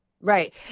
Right